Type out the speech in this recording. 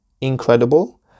incredible